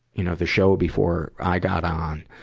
you know, the show before i got on.